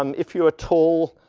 um if you at all,